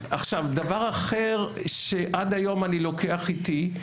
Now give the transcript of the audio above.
עכשיו דבר אחר שעד היום אני לוקח איתי,